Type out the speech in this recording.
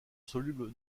soluble